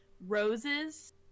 roses